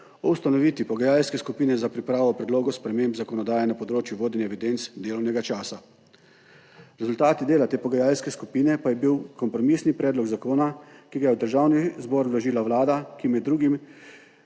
ustanovitvi pogajalske skupine za pripravo predlogov sprememb zakonodaje na področju vodenja evidenc delovnega časa. Rezultati dela te pogajalske skupine pa je bil kompromisni predlog zakona, ki ga je v Državni zbor vložila Vlada, ki med drugim